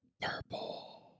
purple